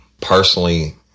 personally